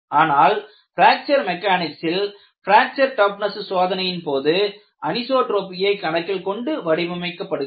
ஆனால் பிராக்சர் மெக்கானிக்ஸில் fracture toughness சோதனையின் போது அனிசோட்ரோபியை கணக்கில் கொண்டு வடிவமைக்கப்படுகிறது